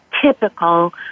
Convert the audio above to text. typical